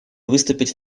выступить